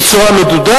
בצורה מדודה,